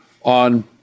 on